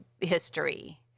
history